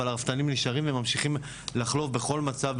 אבל הרפתנים נשארים וממשיכים לחלוב בכל מצב,